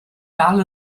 dal